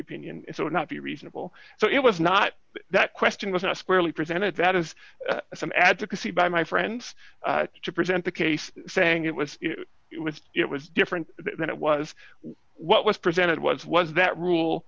opinion so not be reasonable so it was not that question was not squarely presented that is some advocacy by my friends to present the case saying it was it was it was different then it was what was presented was was that rule